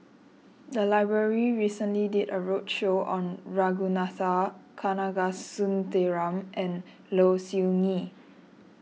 the library recently did a roadshow on Ragunathar Kanagasuntheram and Low Siew Nghee